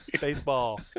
Baseball